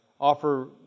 offer